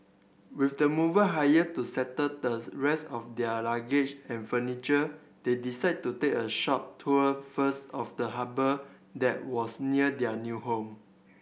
with the mover hired to settle the rest of their luggage and furniture they decide to take a short tour first of the harbour that was near their new home